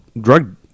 drug